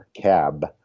Cab